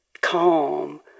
calm